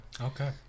Okay